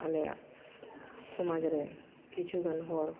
ᱟᱞᱮᱭᱟᱜ ᱥᱚᱢᱟᱡᱽ ᱨᱮ ᱠᱤᱪᱷᱩᱜᱟᱱ ᱦᱚᱲ